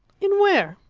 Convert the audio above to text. in where?